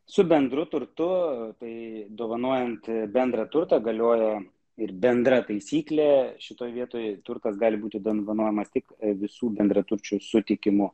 su bendru turtu tai dovanojant bendrą turtą galioja ir bendra taisyklė šitoje vietoj turtas gali būti dovanojamas tik visų bendraturčių sutikimu